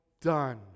done